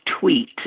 tweet